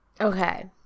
Okay